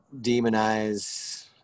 demonize